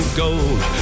gold